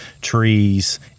trees